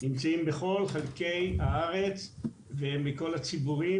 הם נמצאים בכל חלקי הארץ מכל הציבורים,